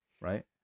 Right